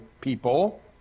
people